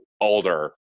older